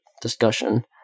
discussion